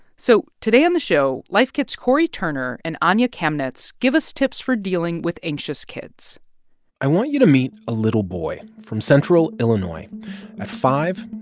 so today on the show, life kit's cory turner and anya kamenetz give us tips for dealing with anxious kids i want you to meet a little boy from central illinois. at five,